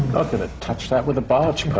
going to touch that with a barge but